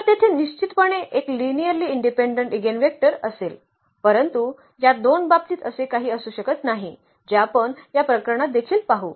तर तेथे निश्चितपणे एक लिनिअर्ली इंडिपेंडेंट इगेनवेक्टर असेल परंतु या दोन बाबतीत असे काही असू शकत नाही जे आपण या प्रकरणात देखील पाहू